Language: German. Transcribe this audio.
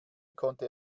konnte